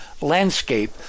landscape